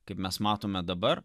kaip mes matome dabar